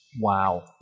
wow